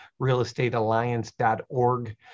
realestatealliance.org